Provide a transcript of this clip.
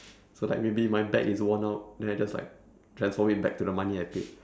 so like maybe my bag is worn out then I just like transform it back into the money I paid